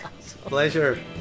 Pleasure